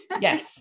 Yes